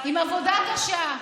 עם עבודה קשה,